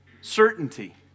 Certainty